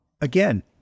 Again